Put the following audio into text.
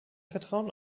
vertrauen